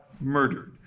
murdered